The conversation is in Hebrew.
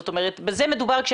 זאת אומרת בזה מדובר,